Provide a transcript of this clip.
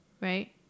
right